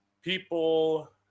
people